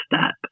step